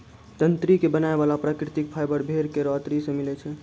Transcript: तंत्री क बनाय वाला प्राकृतिक फाइबर भेड़ केरो अतरी सें मिलै छै